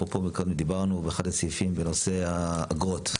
אפרופו מקודם דיברנו באחד הסעיפים בנושא האגרות.